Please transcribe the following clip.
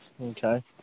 okay